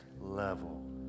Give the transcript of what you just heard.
level